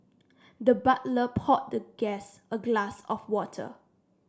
the butler poured the guest a glass of water